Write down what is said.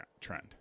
trend